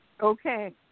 Okay